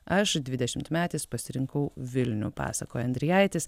aš dvidešimtmetis pasirinkau vilnių pasakoja endrijaitis